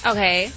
Okay